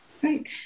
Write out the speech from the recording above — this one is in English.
Great